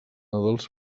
dels